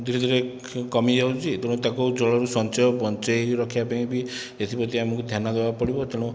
ଧୀରେ ଧୀରେ କମି ଯାଉଛି ତେଣୁ ତାକୁ ଜଳରୁ ସଞ୍ଚୟ ବଞ୍ଚେଇ ରଖିବା ପାଇଁ ବି ଏଥିପ୍ରତି ଆମକୁ ଧ୍ୟାନ ଦେବାକୁ ପଡ଼ିବ ତେଣୁ